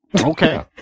Okay